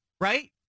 Right